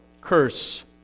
curse